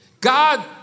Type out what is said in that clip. God